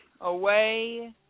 away